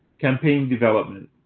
campaign development.